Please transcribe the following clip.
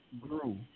grew